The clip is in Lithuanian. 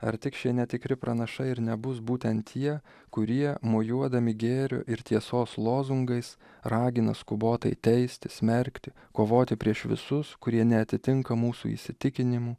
ar tik šie netikri pranašai ir nebus būtent tie kurie mojuodami gėrio ir tiesos lozungais ragina skubotai teisti smerkti kovoti prieš visus kurie neatitinka mūsų įsitikinimų